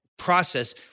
process